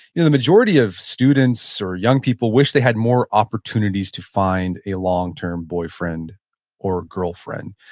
you know, the majority of students or young people wish they had more opportunities to find a long term boyfriend or girlfriend.